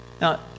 Now